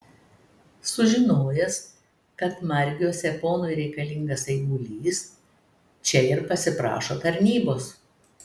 sužinojęs kad margiuose ponui reikalingas eigulys čia ir pasiprašo tarnybos